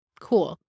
Cool